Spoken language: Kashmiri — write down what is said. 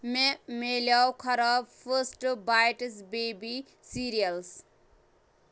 مےٚ میلٮ۪و خراب فٔسٹ بایٹس بیٚبی سیٖریلٕز